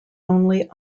only